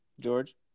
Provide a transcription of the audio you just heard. George